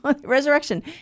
resurrection